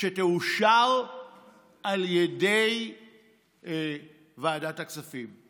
שתאושר על ידי ועדת הכספים.